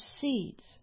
seeds